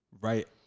Right